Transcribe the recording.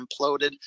imploded